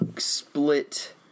split